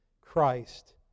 Christ